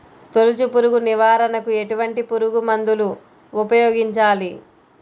తొలుచు పురుగు నివారణకు ఎటువంటి పురుగుమందులు ఉపయోగించాలి?